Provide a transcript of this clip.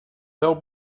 bill